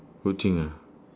good thing ya